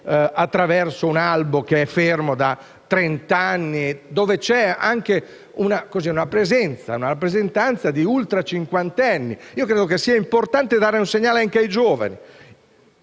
attraverso un albo che è fermo da trent'anni, dove c'è anche una presenza, una rappresentanza di ultracinquantenni. Credo sia importante dare un segnale anche ai giovani,